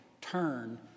turn